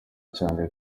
cyane